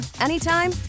anytime